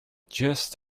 gist